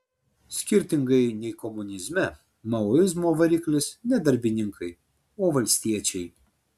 skirtingai nei komunizme maoizmo variklis ne darbininkai o valstiečiai